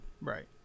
right